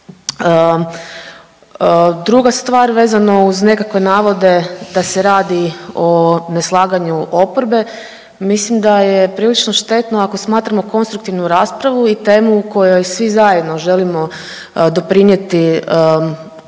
Druga stvar, vezano uz nekakve navode da se radi o neslaganju oporbe, mislim da je prilično štetno, ako smatramo konstruktivnu raspravu i temu u kojoj svi zajedno želimo doprinijeti